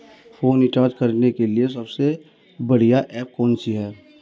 Phone recharge करने के लिए सबसे बढ़िया ऐप कौन सी है?